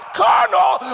carnal